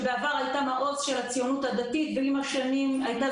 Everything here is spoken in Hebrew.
שבעבר הייתה מעוז של הציונות הדתית ועם השנים הייתה